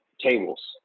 tables